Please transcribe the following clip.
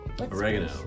Oregano